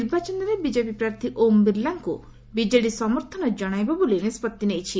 ନିର୍ବାଚନରେ ବିଜେପି ପ୍ରାର୍ଥୀ ଓମ୍ ବିଲାଙ୍କୁ ବିଜେଡ଼ି ସମର୍ଥନ ଜଶାଇବ ବୋଲି ନିଷ୍ବତ୍ତି ନେଇଛି